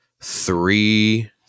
three